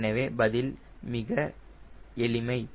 எனவே பதில் மிக எளிமை